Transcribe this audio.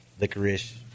licorice